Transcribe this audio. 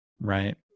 Right